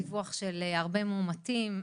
דיווח של הרבה מאומתים,